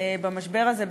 במשבר הזה,